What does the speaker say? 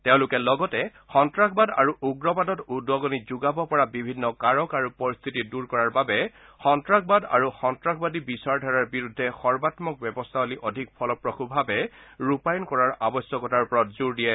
তেওঁলোকে লগতে সন্তাসবাদ আৰু উগ্ৰবাদত উদগনি যোগাব পৰা বিভিন্ন কাৰক আৰু পৰিস্থিতি দূৰ কৰাৰ বাবে সন্তাসবাদ আৰু সন্তাসবাদী বিচাৰধাৰাৰ বিৰুদ্ধে সৰ্বামক ব্যৱস্থাৱলী অধিক ফলপ্ৰসু বাবে ৰূপায়ণ কৰাত আৱশ্যকতাৰ ওপৰত জোৰ দিয়ে